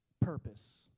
purpose